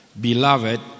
beloved